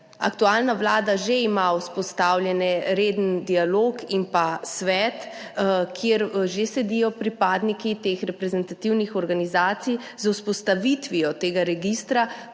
Aktualna vlada ima že vzpostavljen reden dialog in svet, kjer že sedijo pripadniki teh reprezentativnih organizacij, z vzpostavitvijo tega registra